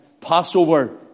Passover